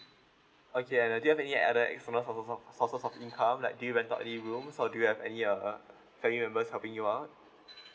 okay and uh do you have any other additional source source source sources of income like do you rent out any room or do you have any err family member helping you out